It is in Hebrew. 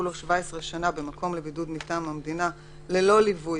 לו 17 שנים במקום לבידוד מטעם המדינה ללא ליווי